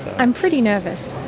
i'm pretty nervous.